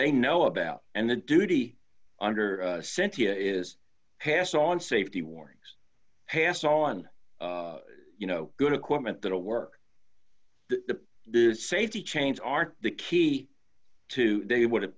they know about and the duty under cynthia is passed on safety warnings passed on you know good equipment that will work the safety chains are the key to they would have